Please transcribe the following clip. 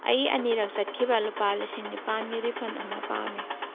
ꯑꯩ ꯑꯅꯤꯔꯛ ꯆꯠꯈꯤꯕ ꯂꯨꯄꯥ ꯂꯤꯁꯤꯡ ꯅꯤꯄꯥꯜꯒꯤ ꯔꯤꯐꯟ ꯑꯃ ꯄꯥꯝꯃꯦ